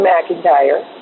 McIntyre